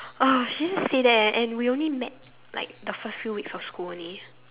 !ugh! she just say that and we only met like the first few weeks of school only